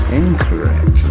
incorrect